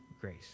grace